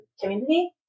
community